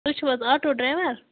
تُہۍ چھِو حظ آٹو ڈرٛیوَر